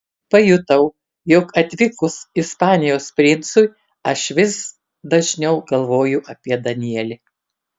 pajutau jog atvykus ispanijos princui aš vis dažniau galvoju apie danielį